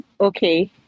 okay